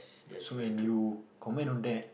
so when you comment on that